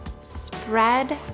spread